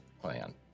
plan